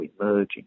emerging